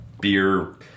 beer